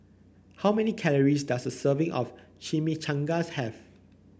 how many calories does a serving of Chimichangas have